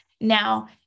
now